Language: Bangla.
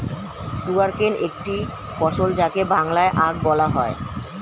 সুগারকেন একটি ফসল যাকে বাংলায় আখ বলা হয়